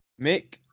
Mick